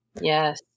Yes